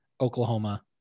Oklahoma